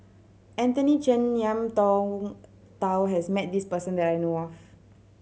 Anthony Chen Ngiam Tong Dow has met this person that I know of